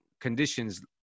conditions